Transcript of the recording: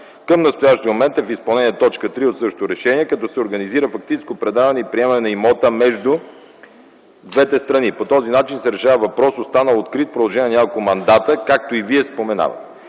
Към настоящия момент е в изпълнение на т. 3 от същото решение, като се организира фактическо предаване и приемане на имота между двете страни. По този начин се решава въпрос, останал открит в продължение на няколко мандата, както и Вие споменавате.